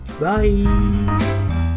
bye